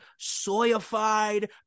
soyified